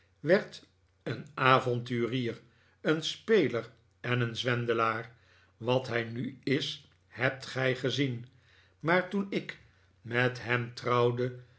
werd een avonturier een speler en een zwendelaar wat hij nu is hebt gij gezien maar toen ik met hem trouwde